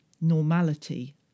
normality